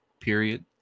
period